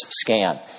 scan